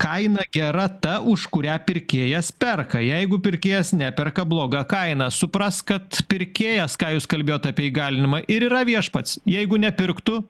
kaina gera ta už kurią pirkėjas perka jeigu pirkėjas neperka bloga kaina supras kad pirkėjas ką jūs kalbėjot apie įgalinimą ir yra viešpats jeigu nepirktų